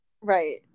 Right